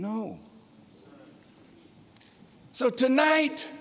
no so tonight